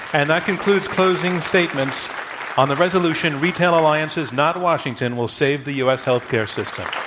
and that concludes closing statements on the resolution retail alliances not washington will save the u. s. health care system.